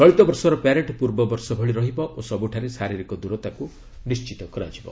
ଚଳିତ ବର୍ଷର ପ୍ୟାରେଡ୍ ପ୍ରର୍ବବର୍ଷ ଭଳି ରହିବ ଓ ସବୁଠାରେ ଶାରୀରିକ ଦୂରତାକୁ ନିଣ୍ଚିତ କରାଯିବ